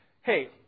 Hey